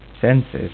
senses